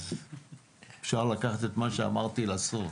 אז אפשר לקחת את מה שאמרתי לסוף.